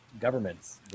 governments